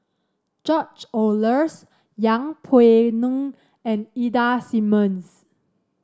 George Oehlers Yeng Pway Ngon and Ida Simmons